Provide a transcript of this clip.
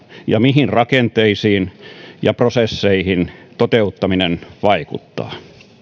ja mihin rakenteisiin ja prosesseihin toteuttaminen vaikuttaa